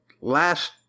last